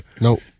Nope